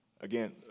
Again